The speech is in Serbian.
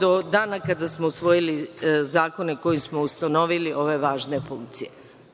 do dana kada smo usvojili zakone kojim smo ustanovili ove važne funkcije? Prema